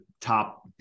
top